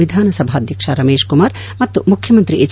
ವಿಧಾನಸಭಾಧ್ವಕ್ಷ ರಮೇಶ್ ಕುಮಾರ್ ಮತ್ತು ಮುಖ್ಯಮಂತ್ರಿ ಎಚ್